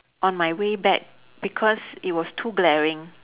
on my way back because it was too glaring